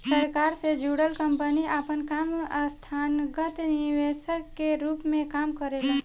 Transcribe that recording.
सरकार से जुड़ल कंपनी आपन काम संस्थागत निवेशक के रूप में काम करेला